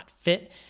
Fit